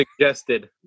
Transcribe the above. suggested